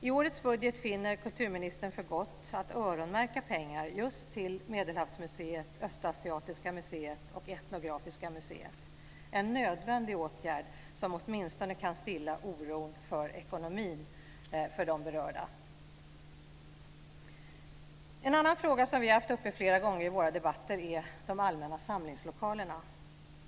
I årets budget finner kulturministern för gott att öronmärka pengar just till Medelhavsmuseet, Östasiatiska museet och Etnografiska museet, en nödvändig åtgärd som åtminstone kan stilla oron för ekonomin för de berörda. En annan fråga som vi har haft uppe flera gånger i våra debatter är de allmänna samlingslokalerna.